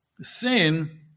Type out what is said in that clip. Sin